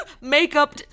makeup